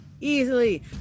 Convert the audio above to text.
easily